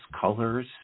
colors